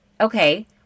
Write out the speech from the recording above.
okay